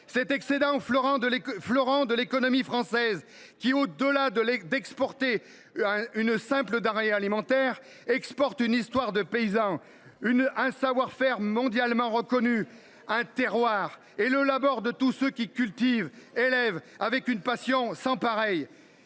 cet excédent. Ce fleuron de l’économie française exporte non seulement une simple denrée alimentaire, mais aussi une histoire de paysans, un savoir faire mondialement reconnu, un terroir et le labeur de tous ceux qui cultivent et élèvent avec une passion sans pareille.